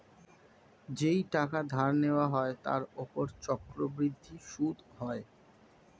যেই টাকা ধার নেওয়া হয় তার উপর চক্রবৃদ্ধি সুদ হয়